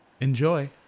Enjoy